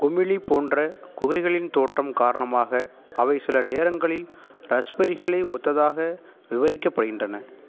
குமிழி போன்ற குகைகளின் தோற்றம் காரணமாக அவை சில நேரங்களில் ரஸ்பெர்ரிகளை ஒத்ததாக விவரிக்கப்படுகின்றன